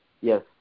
yes